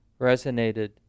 resonated